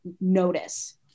notice